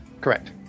Correct